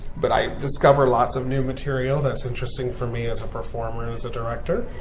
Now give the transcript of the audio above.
but i discover lots of new material that's interesting for me as a performer and as a director.